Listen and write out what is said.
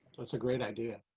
that's a great idea.